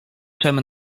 czem